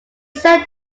said